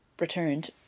returned